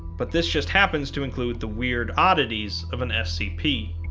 but this just happens to include the weird oddities of an scp.